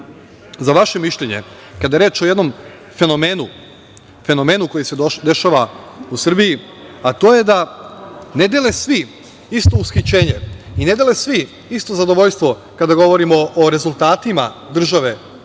za vaše mišljenje kada je reč o jednom fenomenu koji se dešava u Srbiji, a to je da ne dele svi isto ushićenje i ne dele svi isto zadovoljstvo kada govorimo o rezultatima države